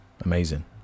Amazing